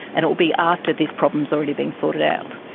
and it will be after this problem has already been sorted out.